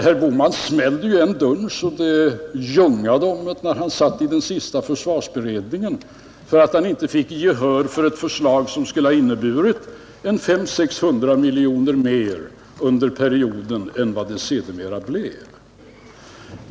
Herr Bohman smällde ju igen dörren så att det ljungade om det, när han satt i den senaste försvarsutredningen, för att han inte fick gehör för ett förslag som skulle ha inneburit 500-600 miljoner kronor mera under perioden än vad det sedermera blev.